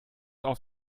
auf